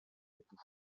époux